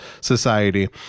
society